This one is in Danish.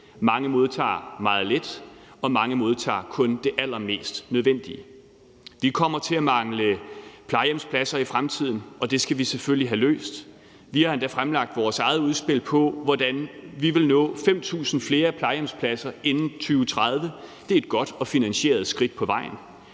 Mange modtager meget lidt, og mange modtager kun det allermest nødvendige. Vi kommer til at mangle plejehjemspladser i fremtiden, og det skal vi selvfølgelig have løst. Vi har endda fremlagt vores eget udspil på, hvordan vi vil nå 5.000 flere plejehjemspladser inden 2030. Det er et godt og finansieret skridt på vejen.